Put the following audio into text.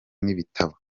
n’ibitabo